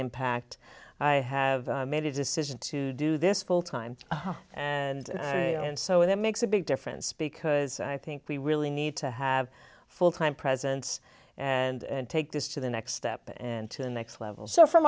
impact i have made a decision to do this full time and and so it makes a big difference because i think we really need to have full time presence and take this to the next step and to the next level so f